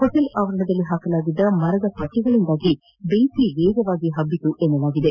hotel ನ ಆವರಣದಲ್ಲಿ ಹಾಕಲಾಗಿದ್ದ ಮರದ ಪಟ್ಟಗಳಿಂದಾಗಿ ಬೆಂಕಿ ವೇಗವಾಗಿ ಹಭ್ಗಿತು ಎನ್ನಲಾಗಿದೆ